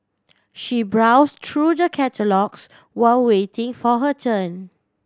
she browse through the catalogues while waiting for her turn